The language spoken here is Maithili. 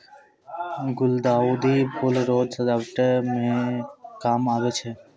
गुलदाउदी फूल रो सजावट मे काम आबै छै